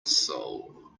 soul